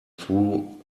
threw